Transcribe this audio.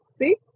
see